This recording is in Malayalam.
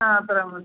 ആ അത്രയും മതി